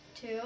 Two